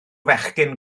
fechgyn